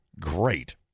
Great